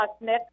Nick